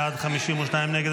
58 בעד, 52 נגד.